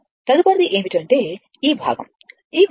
తదుపరిది ఏమిటంటే ఈ భాగం ఈ భాగం